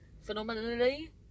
Phenomenally